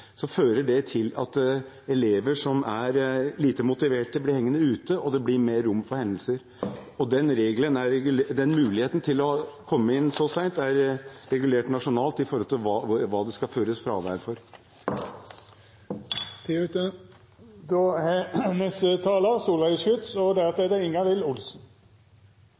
er lite motiverte, blir hengende ute, og det blir mer rom for hendelser. Den muligheten til å komme inn så sent er regulert nasjonalt, med hensyn til hva det skal føres fravær for. Jeg vil takke representanten Tetzschner for at han tar opp denne viktige saken. La meg slå fast: Norge har en god skole. Mobbing går nedover, flere fullfører videregående skole, og